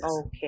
Okay